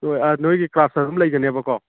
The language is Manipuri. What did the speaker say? ꯅꯣꯏꯒꯤ ꯀ꯭ꯔꯥꯐꯇ ꯑꯗꯨꯃ ꯂꯩꯒꯅꯦꯕꯀꯣ